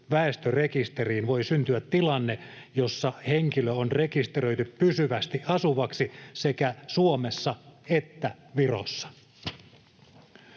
väestörekisteriin voi syntyä tilanne, jossa henkilö on rekisteröity pysyvästi asuvaksi sekä Suomessa että Virossa.